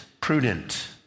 prudent